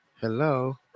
Hello